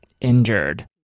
injured